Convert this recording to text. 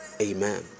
Amen